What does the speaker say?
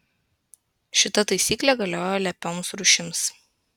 šita taisyklė galioja lepioms rūšims